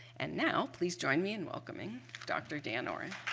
and now, please join me in welcoming dr. dan oren.